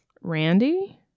randy